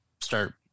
start